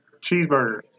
Cheeseburger